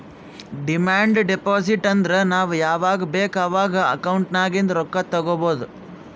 demand deposit ಅಂದುರ್ ನಾವ್ ಯಾವಾಗ್ ಬೇಕ್ ಅವಾಗ್ ಅಕೌಂಟ್ ನಾಗಿಂದ್ ರೊಕ್ಕಾ ತಗೊಬೋದ್